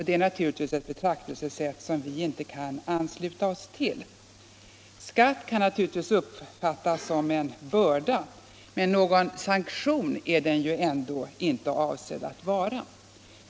Det är naturligtvis ett betraktelsesätt som vi inte kan ansluta oss till. Skatt kan självfallet uppfattas som en börda, men någon sanktion är den ändå inte avsedd att vara.